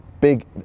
big